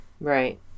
right